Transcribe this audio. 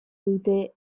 dute